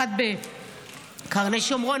אחת בקרני שומרון,